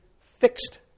fixed